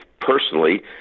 personally